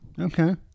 Okay